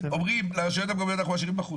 אומרים לרשויות המקומיות אנחנו משאירים בחוט.